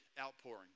outpouring